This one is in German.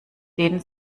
den